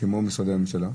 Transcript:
כמו משרדי הממשלה?